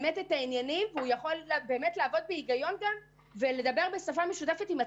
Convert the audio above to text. העניינים ויכול לעבוד בהיגיון ולדבר בשפה מובנת עם עצמאיים.